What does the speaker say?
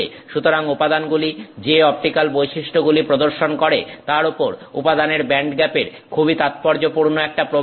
সুতরাং উপাদানগুলি যে অপটিক্যাল বৈশিষ্ট্যগুলি প্রদর্শন করে তার ওপর উপাদানের ব্যান্ডগ্যাপের খুবই তাৎপর্যপূর্ণ একটা প্রভাব আছে